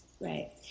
right